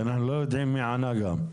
כי אנחנו לא יודעים מי ענה גם.